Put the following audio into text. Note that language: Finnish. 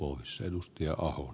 ohessa ja halua